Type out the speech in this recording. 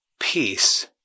Peace